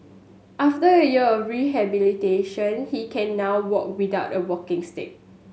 after a year of rehabilitation he can now walk without a walking stick